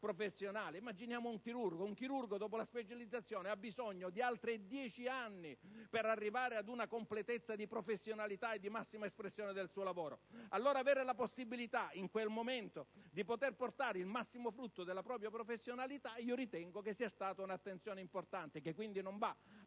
maturità professionale. Il chirurgo dopo la specializzazione ha bisogno di altri 10 anni per arrivare ad una completezza di professionalità e di massima espressione del suo lavoro. Allora, avere la possibilità in quel momento di portare il massimo frutto della propria professionalità ritengo sia importante. È un'attenzione che quindi non va